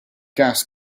gas